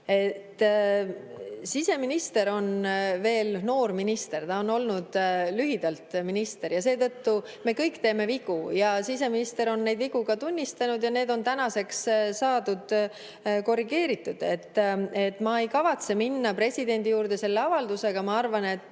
Siseminister on veel noor minister, ta on olnud lühiajaliselt minister. Me kõik teeme vigu, siseminister on neid vigu ka tunnistanud ja need on tänaseks saadud korrigeeritud. Ma ei kavatse minna presidendi juurde selle avaldusega. Ma arvan, et